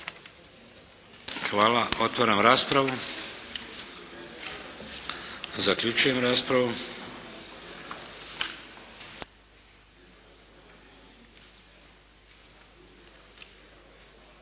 Hvala. Otvaram raspravu. Zaključujem raspravu.